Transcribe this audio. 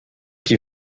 qui